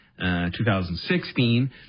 2016